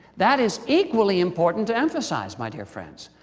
that is equally important to emphasize, my dear friends.